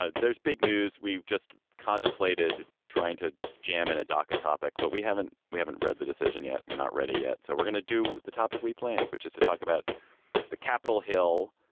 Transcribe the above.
ah there's big news. we've just contemplated trying to jam in a docket topic, but we haven't we haven't read the decision yet. we're not ready yet. so we're going to do the topic we planned, which is to talk about the capitol hill.